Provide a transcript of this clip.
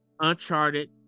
Uncharted